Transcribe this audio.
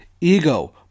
Ego